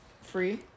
free